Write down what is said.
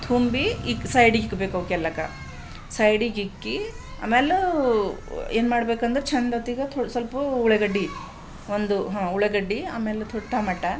ತುಂಬಿ ಇಕ್ ಸೈಡಿಗಿಕ್ಬೇಕು ಅವ್ಕೆಲ್ಲಾಕ ಸೈಡಿಗಿಕ್ಕಿ ಆಮೇಲ ಏನು ಮಾಡ್ಬೇಕಂದ್ರೆ ಚೆಂದೊತ್ತಿಗೆ ತು ಸ್ವಲ್ಪ ಉಳ್ಳಾಗಡ್ಡಿ ಒಂದು ಹಾಂ ಉಳ್ಳಾಗಡ್ಡಿ ಆಮೇಲೆ ತೋಡ್ ಟೊಮೆಟಾ